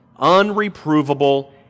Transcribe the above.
unreprovable